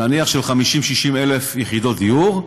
נניח של 60,000-50,000 יחידות דיור,